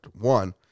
One